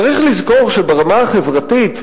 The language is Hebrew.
צריך לזכור שברמה החברתית,